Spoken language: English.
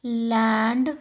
land